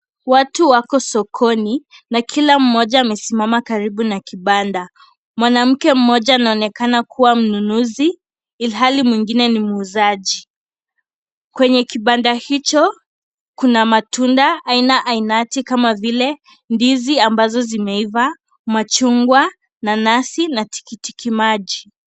Watu wako sokoni na kila mmoja amesimama karibu na kibanda. Mwanamke mmoja anaonekana kubwa mnunuzi ilhali mwingine ni muuzaji. Kwenye kibanda hicho kuna matunda aina ainati kama vile, ndizi ambazo zimeiva, machungwa, nanasi na tikitiki maji.